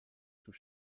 sous